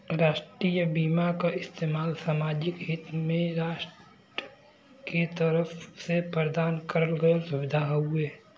राष्ट्रीय बीमा क इस्तेमाल सामाजिक हित में राष्ट्र के तरफ से प्रदान करल गयल सुविधा हउवे